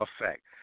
effect